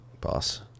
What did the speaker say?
Boss